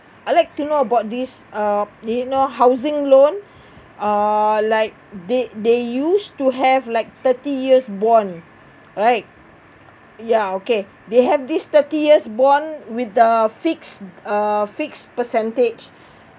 I like to know about this uh you know housing loan uh like they they used to have like thirty years bond right ya okay they have this thirty years bond with the fixed uh fixed percentage